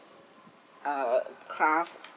uh craft